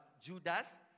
Judas